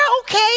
okay